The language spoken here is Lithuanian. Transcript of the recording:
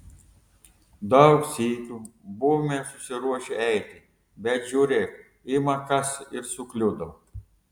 daug sykių buvome susiruošę eiti bet žiūrėk ima kas ir sukliudo